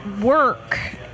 work